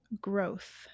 Growth